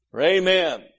Amen